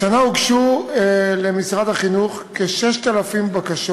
השנה הוגשו למשרד החינוך כ-6,000 בקשות